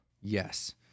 yes